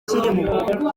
kirimo